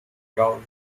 growl